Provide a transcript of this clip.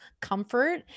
comfort